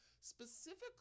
specifically